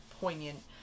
poignant